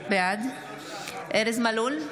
בעד ארז מלול,